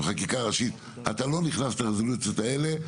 ובחקיקה ראשית אתה לא נכנס לרזולוציות האלה.